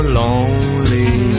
lonely